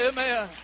Amen